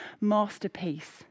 masterpiece